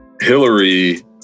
Hillary